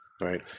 Right